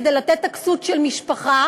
כדי לתת את הכסות של משפחה,